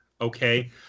okay